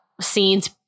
scenes